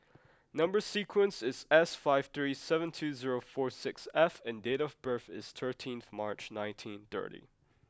number sequence is S five three seven two zero four six F and date of birth is thirteenth March nineteen thirty